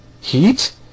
Heat